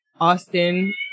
Austin